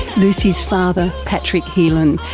lucy's father, patrick helean,